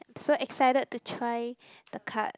so excited the try the card